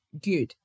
good